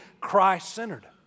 Christ-centered